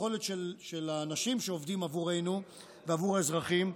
היכולת של האנשים שעובדים עבורנו ועבור האזרחים,